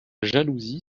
jalousie